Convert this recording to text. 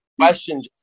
question